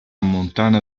montana